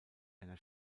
einer